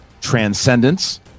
Transcendence